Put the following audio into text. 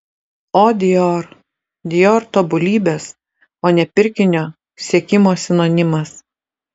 o dior dior tobulybės o ne pirkinio siekimo sinonimas